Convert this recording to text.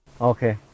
Okay